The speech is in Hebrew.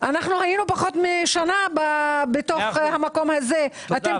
היינו פחות משנה בתוך המקום הזה.